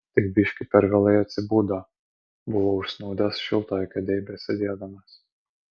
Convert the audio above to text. tik biški per vėlai atsibudo buvo užsnūdęs šiltoj kėdėj besėdėdamas